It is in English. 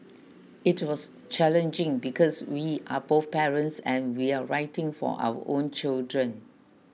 it was challenging because we are both parents and we're writing for our own children